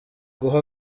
guha